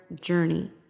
journey